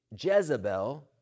Jezebel